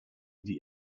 die